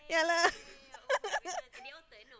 yeah lah